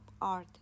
art